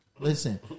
Listen